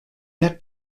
had